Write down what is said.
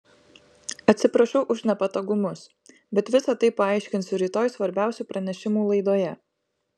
atsiprašau už nepatogumus bet visa tai paaiškinsiu rytoj svarbiausių pranešimų laidoje